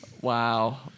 Wow